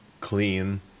clean